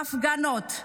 רואים בהפגנות,